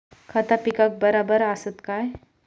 खता पिकाक बराबर आसत काय?